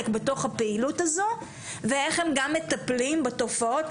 בתוך הפעילות הזאת ואיך הם גם מטפלים בתופעות,